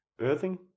earthing